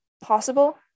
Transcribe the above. possible